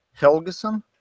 Helgeson